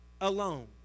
alone